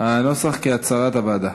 הנוסח כהצעת הוועדה.